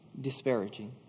disparaging